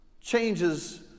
changes